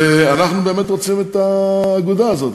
ואנחנו באמת רוצים את האגודה הזאת.